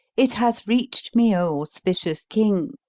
it hath reached me, o auspicious king,